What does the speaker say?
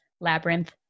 Labyrinth